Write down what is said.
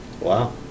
Wow